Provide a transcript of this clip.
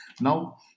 Now